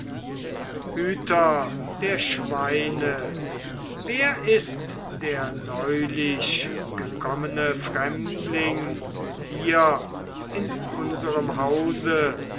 hüter der schweine wer ist der neulich gekommene fremdling hier in unserem hause